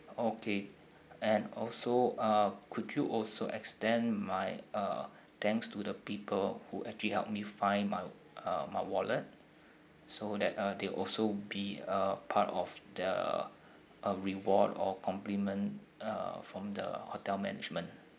okay and also uh could you also extend my uh thanks to the people who actually helped me find my uh my wallet so that uh they also be a part of the uh reward or compliment uh from the hotel management